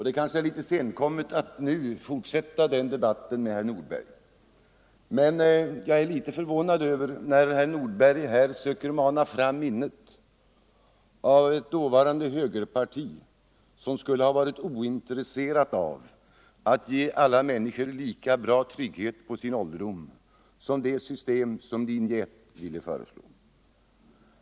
Det kanske är litet senkommet att nu fortsätta den debatten med herr Nordberg, men jag blir förvånad när herr Nordberg här söker mana fram minnet av ett högerparti som då skulle ha varit ointresserat av att ge alla människor lika bra trygghet på ålderdomen som de skulle få enligt det system som linje 1 innebar.